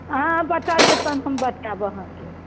अहाँ बता दिअ तहन बतायब हम अहाँकेँ